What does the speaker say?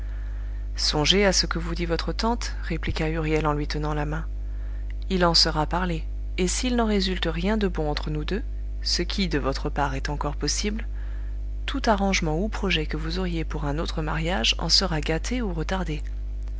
songez à ce que vous dit votre tante répliqua huriel on lui tenant la main il en sera parlé et s'il n'en résulte rien de bon entre nous deux ce qui de votre part est encore possible tout arrangement ou projet que vous auriez pour un autre mariage en sera gâté ou retardé